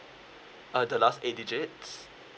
uh the last eight digits